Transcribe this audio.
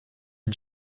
and